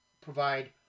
provide